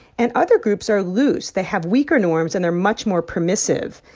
and other groups are loose. they have weaker norms. and they're much more permissive.